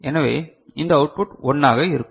எனவே இந்த அவுட்புட் 1 ஆக இருக்கும்